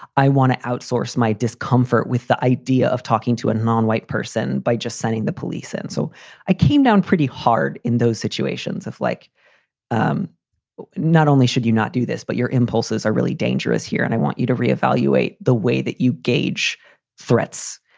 i want to outsource my discomfort with the idea of talking to a non-white person by just sending the police in. so i came down pretty hard in those situations of like um not only should you not do this, but your impulses are really dangerous here. and i want you to re-evaluate the way that you gauge threats,